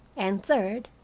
and third,